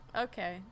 okay